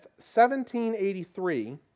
1783